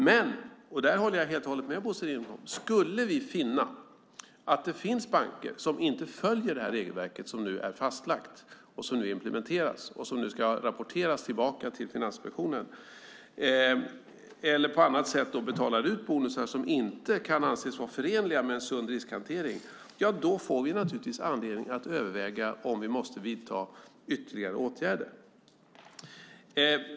Men - och där håller jag helt och hållet med Bosse Ringholm - skulle vi finna att det finns banker som inte följer det här regelverket, som nu är fastlagt och som nu implementeras och som ska rapporteras tillbaka till Finansinspektionen, eller på annat sätt betalar ut bonusar som inte kan anses vara förenliga med en sund riskhantering får vi naturligtvis anledning att överväga om vi måste vidta ytterligare åtgärder.